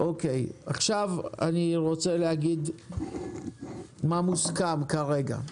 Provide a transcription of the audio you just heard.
אני רוצה להגיד מה מוסכם כרגע,